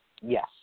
Yes